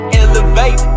elevate